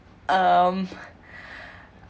um